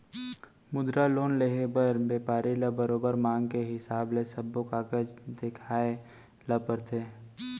मुद्रा लोन लेहे बर बेपारी ल बरोबर मांग के हिसाब ले सब्बो कागज देखाए ल परथे